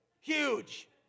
huge